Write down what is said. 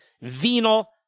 venal